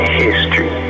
history